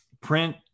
print